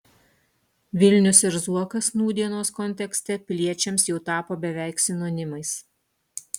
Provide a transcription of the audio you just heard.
vilnius ir zuokas nūdienos kontekste piliečiams jau tapo beveik sinonimais